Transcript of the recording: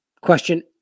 Question